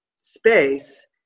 space